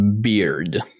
Beard